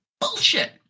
bullshit